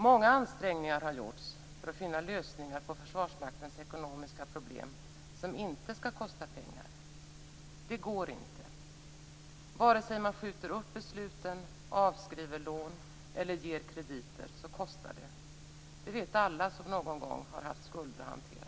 Många ansträngningar har gjorts för att finna lösningar på Försvarsmaktens ekonomiska problem som inte skall kosta pengar. Det går inte. Vare sig man skjuter upp besluten, avskriver lån eller ger krediter så kostar det. Det vet alla som någon gång har haft skulder att hantera.